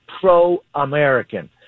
pro-American